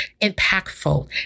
impactful